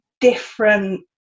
different